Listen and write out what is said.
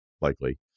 likely